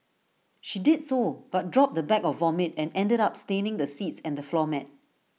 she did so but dropped the bag of vomit and ended up staining the seats and the floor mat